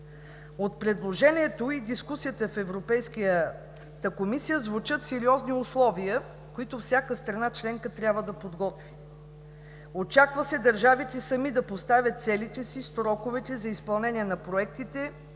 От предложението и дискусията в Европейската комисия звучат сериозни условия, които всяка страна членка трябва да подготви. Очаква се държавите сами да поставят целите си и сроковете за изпълнение на проектите,